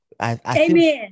Amen